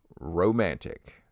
romantic